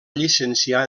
llicenciar